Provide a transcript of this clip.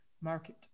market